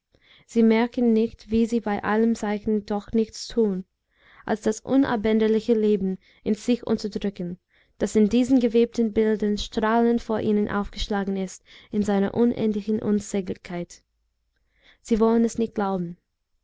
sie merken nicht wie sie bei allem zeichnen doch nichts tun als das unabänderliche leben in sich unterdrücken das in diesen gewebten bildern strahlend vor ihnen aufgeschlagen ist in seiner unendlichen unsäglichkeit sie wollen es nicht glauben